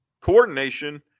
coordination